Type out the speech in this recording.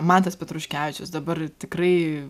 mantas petruškevičius dabar tikrai